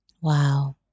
Wow